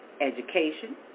education